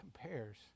compares